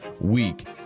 week